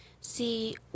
see